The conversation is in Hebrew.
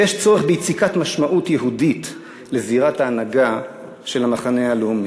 ויש צורך ביציקת משמעות יהודית לזירת ההנהגה של המחנה הלאומי.